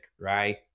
right